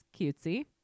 cutesy